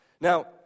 Now